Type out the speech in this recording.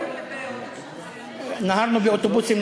נהרתם באוטובוסים,